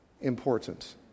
important